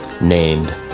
named